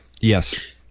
Yes